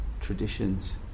traditions